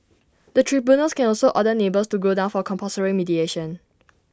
the tribunals can also order neighbours to go down for compulsory mediation